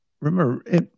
Remember